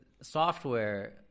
software